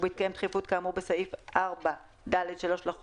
ובהתקיים דחיפות כאמור סעיף 4(ד)(3) לחוק,